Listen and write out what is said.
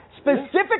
Specifically